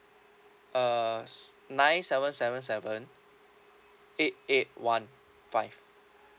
uh s~ nine seven seven seven eight eight one five